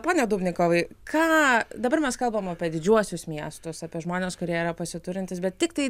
pone dubnikovai ką dabar mes kalbam apie didžiuosius miestus apie žmones kurie yra pasiturintys bet tiktai